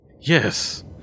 Yes